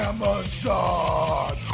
Amazon